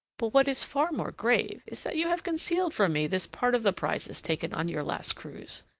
but what is far more grave is that you have concealed from me this part of the prizes taken on your last cruise,